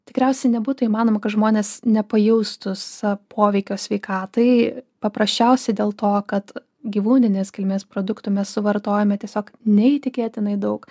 tikriausiai nebūtų įmanoma kad žmonės nepajaustų sa poveikio sveikatai paprasčiausiai dėl to kad gyvūninės kilmės produktų mes suvartojame tiesiog neįtikėtinai daug